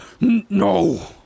No